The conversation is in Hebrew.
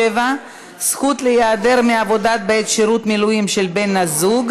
3) (התקשרות למימוש מטרות ציבוריות),